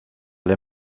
les